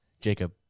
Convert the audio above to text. Jacob